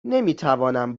نمیتوانم